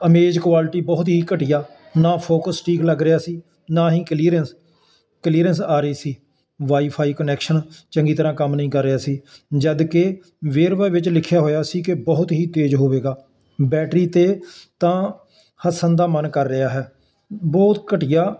Amaze quality ਬਹੁਤ ਹੀ ਘਟੀਆ ਨਾ ਫੋਕਸ ਠੀਕ ਲੱਗ ਰਿਹਾ ਸੀ ਨਾ ਹੀ ਕਲੀਅਰੈਂਸ ਕਲੀਅਰੈਂਸ ਆ ਰਹੀ ਸੀ ਵਾਈਫਾਈ ਕਨੈਕਸ਼ਨ ਚੰਗੀ ਤਰ੍ਹਾਂ ਕੰਮ ਨਹੀਂ ਕਰ ਰਿਹਾ ਸੀ ਜਦ ਕਿ ਵੇਰਵਾ ਵਿੱਚ ਲਿਖਿਆ ਹੋਇਆ ਸੀ ਕਿ ਬਹੁਤ ਹੀ ਤੇਜ਼ ਹੋਵੇਗਾ ਬੈਟਰੀ 'ਤੇ ਤਾਂ ਹੱਸਣ ਦਾ ਮਨ ਕਰ ਰਿਹਾ ਹੈ ਬਹੁਤ ਘਟੀਆ